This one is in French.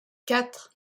quatre